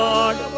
Lord